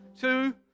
two